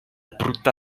brutta